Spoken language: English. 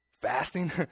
fasting